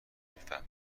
میفهمن